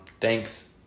Thanks